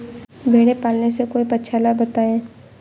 भेड़े पालने से कोई पक्षाला बताएं?